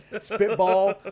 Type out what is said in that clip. spitball